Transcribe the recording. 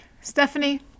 Stephanie